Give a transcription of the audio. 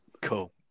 Cool